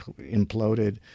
imploded